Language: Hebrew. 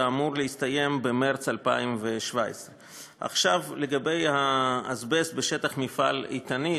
ואמור להסתיים במרס 2017. לגבי האזבסט בשטח מפעל "איתנית",